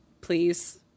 please